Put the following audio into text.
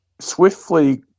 swiftly